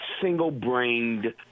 single-brained